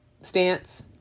stance